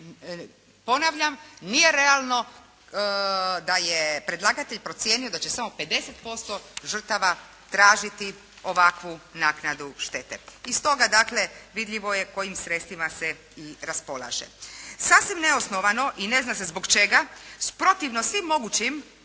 ponavljam, nije realno da je predlagatelj procijenio da će samo 50% žrtava tražiti ovakvu naknadu štete. Iz toga dakle, vidljivo je kojim sredstvima se i raspolaže. Sasvim neosnovano i ne zna se zbog čega, protivno svim mogućim